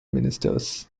ministers